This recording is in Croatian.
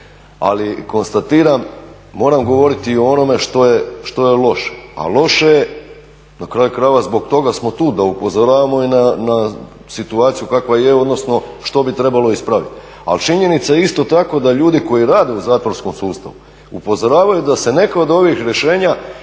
Ali konstatiram, moram govoriti i o onome što je loše, a loše je, na kraju krajeva zbog toga smo tu da upozoravamo i na situaciju kakva je, odnosno što bi trebalo ispraviti, ali činjenica je isto tako da ljudi koji rade u zatvorskom sustavu upozoravaju da se neka od ovih rješenja